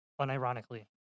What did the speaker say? unironically